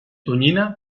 tonyina